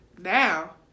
now